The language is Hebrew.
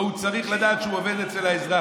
והוא צריך לדעת שהוא עובד אצל האזרח.